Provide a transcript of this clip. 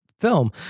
film